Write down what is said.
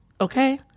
Okay